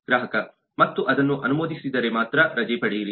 ಗ್ರಾಹಕ ಮತ್ತು ಅದನ್ನು ಅನುಮೋದಿಸಿದರೆ ಮಾತ್ರ ರಜೆ ಪಡೆಯಿರಿ